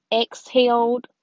exhaled